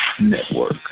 Network